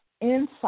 insight